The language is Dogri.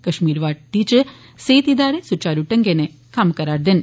कश्मीर वादी च सेहत इदारे सुवारू ढंगै नै कम्म करा'रदे न